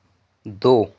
दो